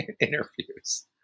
interviews